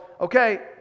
okay